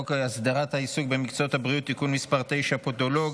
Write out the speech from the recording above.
הסדרת העיסוק במקצועות הבריאות (תיקון מס' 9) (פודולוג),